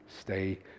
stay